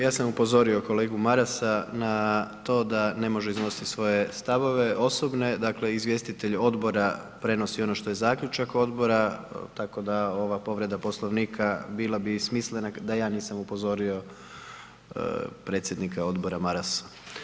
Ja sam upozorio kolegu Maras na to da ne može iznositi svoje stavove osobne, dakle izvjestitelj odbora prenosi ono što je zaključak odbora, tako da ova povreda Poslovnika bila bi smislena da ja nisam upozorio predsjednika odbora Marasa.